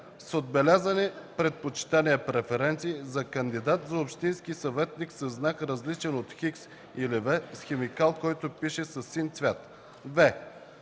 с отбелязани предпочитания (преференции) за кандидат за общински съветник със знак, различен от „Х” или „V” и с химикал, който не пише със син цвят; в)